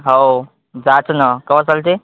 हो जायचं ना केव्हा चलते